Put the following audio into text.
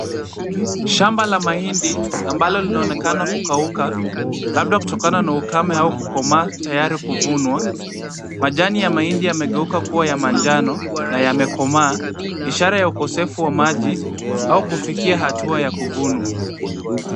Shamba la mahindi, ambalo linaonekana kukauka labda kutokana na ukame au kukomaa tayari kuvunwa. Majani ya mahindi yamegeuka kuwa ya manjano na yamekomaa, ishara ya ukosefu wa maji au kufikia hatua ya kuvunwa.